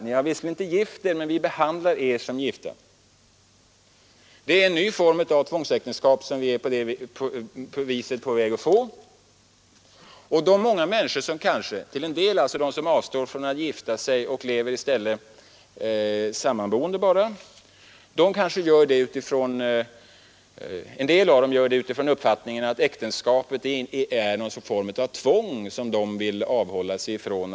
Ni har visserligen inte gift er, men vi behandlar er som gifta. Det är en ny form av tvångsäktenskap, som vi på detta sätt är på väg att få. Många människor — till en del sådana som avstår från att gifta sig och i stället bara lever som sammanboende — anser att äktenskapet är en form av tvång som de inte vill ställa sig under.